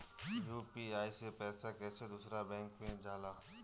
UPI से पैसा कैसे दूसरा बैंक मे जाला?